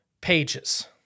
pages